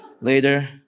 later